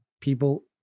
people